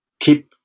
keep